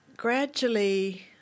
Gradually